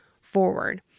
forward